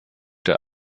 der